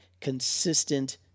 consistent